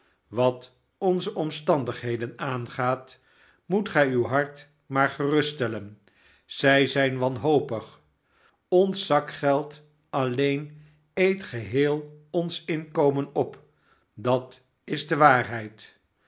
wat onze omstandigheden aangaat moet gij uw hart maar geruststellen zij zijn wanhopig ons zakgeld alleen eet geheel ons inkomen op datis de waarheid